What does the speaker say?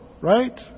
Right